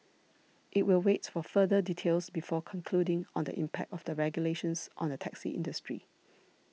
it will wait for further details before concluding on the impact of the regulations on the taxi industry